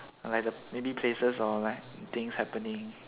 like the maybe places or like the things happening